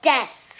Desk